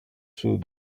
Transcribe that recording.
should